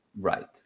Right